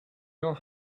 your